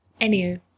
Anywho